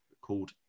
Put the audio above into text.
called